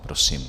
Prosím.